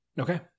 Okay